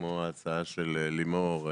כמו ההצעה של לימור,